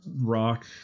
rock